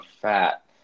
fat